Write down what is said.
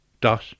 dot